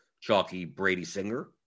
Chalky-Brady-Singer